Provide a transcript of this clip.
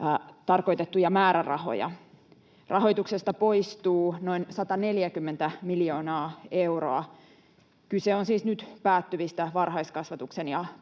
tarkoitettuja määrärahoja. Rahoituksesta poistuu noin 140 miljoonaa euroa. Kyse on siis nyt päättyvistä varhaiskasvatuksen ja perusopetuksen